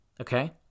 Okay